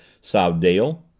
sobbed dale.